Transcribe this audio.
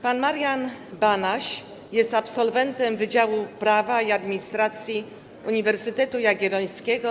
Pan Marian Banaś jest absolwentem Wydziału Prawa i Administracji Uniwersytetu Jagiellońskiego.